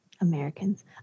Americans